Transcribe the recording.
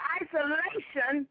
isolation